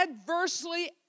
adversely